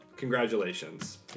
Congratulations